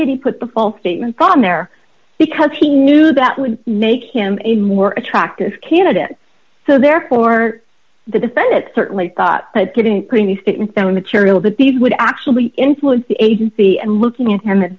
did he put the false statements on there because he knew that would make him a more attractive candidate so therefore the defendant certainly thought that getting put in the state and so immaterial that these would actually influence the agency and looking at him